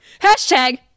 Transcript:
Hashtag